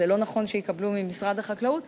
אז זה לא נכון שיקבלו ממשרד החקלאות,